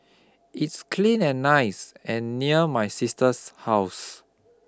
it's clean and nice and near my sister's house